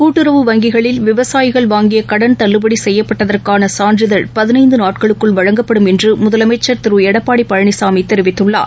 கூட்டுறவு விவசாயிகள் தள்ளுபடிசெய்யப்பட்டதற்கானசான்றிதழ் பதினைந்துநாட்களுக்குள் வழங்கப்படும் என்றுமுதலமைச்சர் திருஎடப்பாடிபழனிசாமிதெரிவித்துள்ளார்